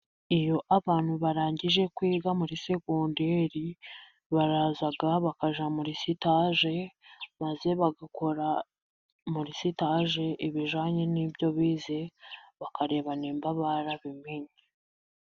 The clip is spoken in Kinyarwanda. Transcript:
Iyo abantu barangije kwiga muri segondairi, baraza bakajya muri sitaje, maze bagakora muri sitaje ibijyanye n'ibyo bize, bakareba niba barabimenye.